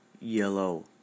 Yellow